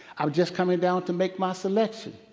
i was just coming down to make my selection.